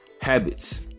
habits